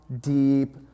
deep